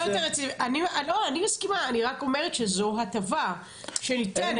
אני מסכימה, אני רק אומרת שזאת הטבה שניתנת.